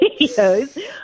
videos